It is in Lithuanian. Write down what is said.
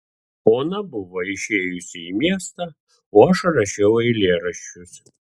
ona buvo išėjusi į miestą o aš rašiau eilėraščius